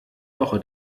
woche